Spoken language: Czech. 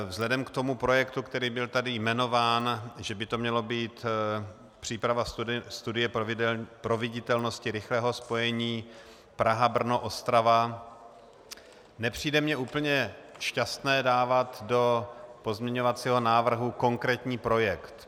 Vzhledem k projektu, který byl tady jmenován, že by to měla být příprava studie proveditelnosti rychlého spojení PrahaBrnoOstrava, nepřipadá mi úplně šťastné dávat do pozměňovacího návrhu konkrétní projekt.